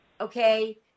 okay